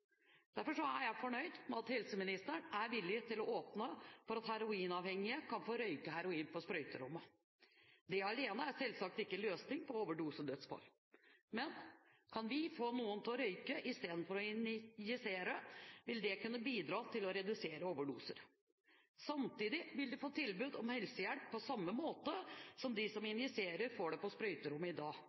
Derfor er jeg fornøyd med at helseministeren er villig til å åpne for at heroinavhengige kan få røyke heroin på sprøyterommet. Det alene er selvsagt ikke løsningen på overdosedødsfall. Men kan vi få noen til å røyke i stedet for å injisere, vil det kunne bidra til å redusere overdoser. Samtidig vil de få tilbud om helsehjelp på samme måte som de som injiserer, får det på sprøyterommet i dag.